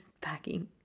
packing